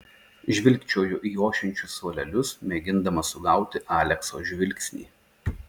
žvilgčioju į ošiančius suolelius mėgindama sugauti alekso žvilgsnį